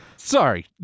Sorry